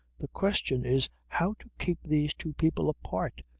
the question is how to keep these two people apart,